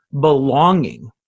belonging